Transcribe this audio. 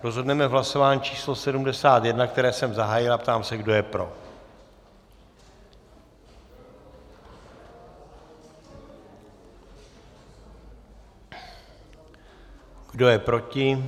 Rozhodneme v hlasování číslo 71, které jsem zahájil, a ptám se, kdo je pro: Kdo je proti?